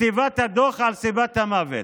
כתיבת הדוח על סיבת המוות,